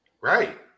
Right